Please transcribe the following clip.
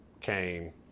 came